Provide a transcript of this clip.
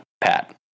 Pat